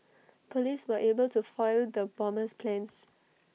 Police were able to foil the bomber's plans